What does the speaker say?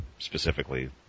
specifically